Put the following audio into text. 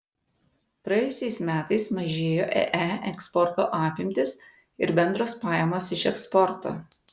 praėjusiais metais mažėjo ee eksporto apimtys ir bendros pajamos iš eksporto